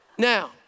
Now